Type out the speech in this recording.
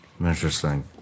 Interesting